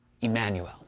Emmanuel